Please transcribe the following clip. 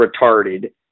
retarded